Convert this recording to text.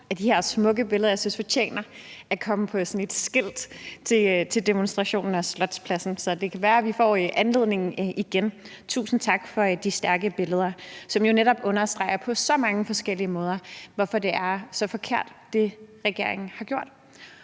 af de her smukke billeder, som jeg synes fortjener at komme på sådan et skilt ved en demonstration på Slotspladsen. Så det kan være, vi får en anledning igen. Tusind tak for de stærke billeder, som jo netop på så mange forskellige måder understreger, hvorfor det, regeringen har gjort,